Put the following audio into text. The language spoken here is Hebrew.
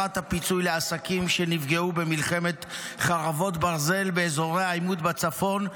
הפיצוי לעסקים שנפגעו במלחמת חרבות ברזל באזורי העימות בצפון,